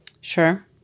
Sure